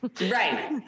Right